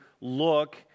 look